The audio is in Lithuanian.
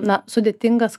na sudėtingas